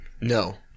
no